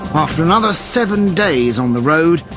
after another seven days on the road,